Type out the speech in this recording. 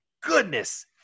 goodness